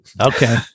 Okay